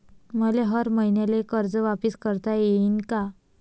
मले हर मईन्याले कर्ज वापिस करता येईन का?